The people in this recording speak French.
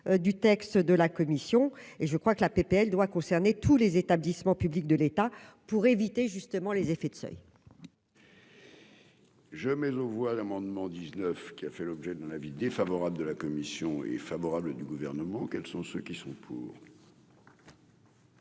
du texte de la commission et je crois que la PPL doit concerner tous les établissements publics de l'État pour éviter justement les effets de seuil. Je mets le voie d'amendement 19 qui a fait l'objet d'un avis défavorable de la commission est favorable du gouvernement, quels sont ceux qui sont pour.